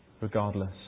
regardless